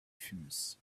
fumes